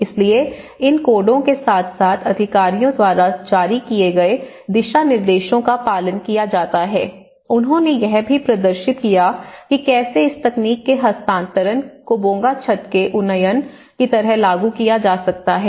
इसलिए इन कोडों के साथ साथ अधिकारियों द्वारा जारी किए गए दिशानिर्देशों का पालन किया जाता है उन्होंने यह भी प्रदर्शित किया कि कैसे इस तकनीक के हस्तांतरण को बोंगा छत के उन्नयन की तरह लागू किया जा सकता है